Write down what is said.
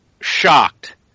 shocked